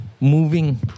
moving